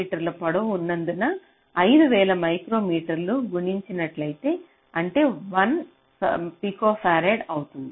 మీ పొడవు ఉన్నందున 5000 మైక్రోమీటర్ గుణించినట్లయితే అంటే 1 పికోఫరాడ్ అవుతుంది